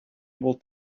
able